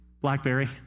Blackberry